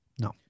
No